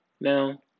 now